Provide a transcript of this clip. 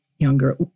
Younger